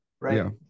right